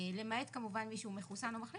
למעט כמובן מי שהוא מחוסן או מחלים